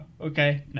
Okay